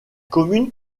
commune